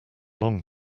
long